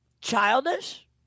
childish